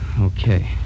Okay